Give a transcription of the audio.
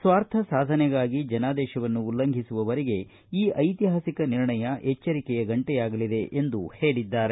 ಸ್ವಾರ್ಥ ಸಾಧನೆಗಾಗಿ ಜನಾದೇಶವನ್ನು ಉಲ್ಲಂಘಿಸುವವರಿಗೆ ಈ ಐತಿಹಾಸಿಕ ನಿರ್ಣಯ ಎಚ್ವರಿಕೆಯ ಗಂಟೆಯಾಗಲಿದೆ ಎಂದು ಹೇಳಿದ್ದಾರೆ